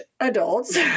adults